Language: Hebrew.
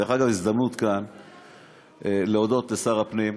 דרך אגב, זו הזדמנות כאן להודות לשר הפנים.